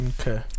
Okay